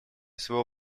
своего